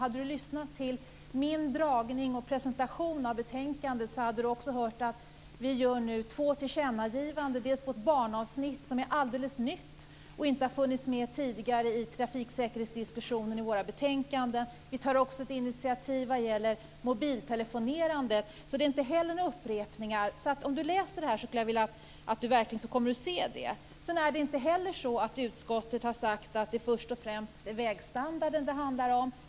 Av min presentation av betänkandet framgick att vi gör två tillkännagivanden. Dels ett barnavsnitt som är alldeles nytt och inte har funnits med i trafiksäkerhetsdiskussionen i våra betänkanden, dels ett initiativ vad gäller mobiltelefonerande. Det är inte heller några upprepningar. Om Runar Patriksson läser betänkandet kommer han att upptäcka det. Utskottet har inte sagt att det först och främst handlar om vägstandarden.